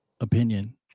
opinion